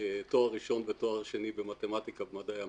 תואר ראשון ותואר שני במתמטיקה ומדעי המחשב,